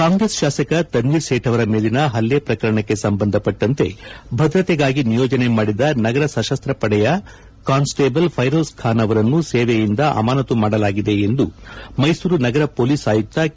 ಕಾಂಗ್ರೆಸ್ ಶಾಸಕ ತನ್ವಿರ್ ಸೇತ್ ಅವರ ಮೇಲಿನ ಹಲ್ಲೆ ಪ್ರಕರಣಕ್ಕೆ ಸಂಬಂಧಪಟ್ಟಂತೆ ಭದ್ರತೆಗಾಗಿ ನಿಯೋಜನೆ ಮಾಡಿದ ನಗರ ಸಶಸ್ತ ಪಡೆಯ ಕಾನ್ಸ್ಟೇಬಲ್ ಫೈರೋಜ್ ಖಾನ್ ಅವರನ್ನು ಸೇವೆಯಿಂದ ಅಮಾನತು ಮಾಡಲಾಗಿದೆ ಎಂದು ಮೈಸೂರು ನಗರ ಪೊಲೀಸ್ ಆಯುಕ್ತ ಕೆ